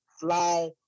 fly